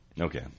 Okay